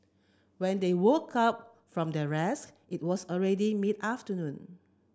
when they woke up from their rest it was already mid afternoon